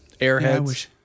Airheads